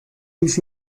uns